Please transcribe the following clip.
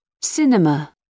Cinema